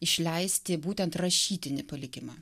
išleisti būtent rašytinį palikimą